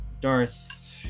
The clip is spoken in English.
Darth